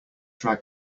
drag